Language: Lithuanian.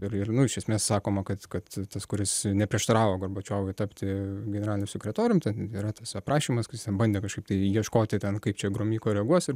ir ir nu iš esmės sakoma kad kad tas kuris neprieštaravo gorbačiovui tapti generaliniu sekretorium ten yra tas aprašymas kur jis ten bandė kažkaip tai ieškoti ten kaip čia gromiko reaguos ir